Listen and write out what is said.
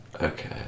Okay